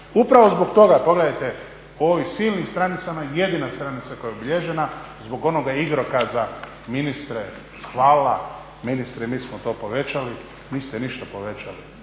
Upravo zbog toga, pogledajte, u ovim silnim stranicama jedina stranica koja je obilježena zbog onoga igrokaza ministre hvala, ministre mi smo to povećali. Niste ništa povećali,